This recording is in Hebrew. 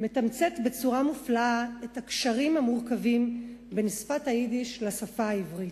מתמצת בצורה מופלאה את הקשרים המורכבים בין שפת היידיש לשפה העברית.